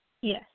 Yes